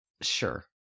Sure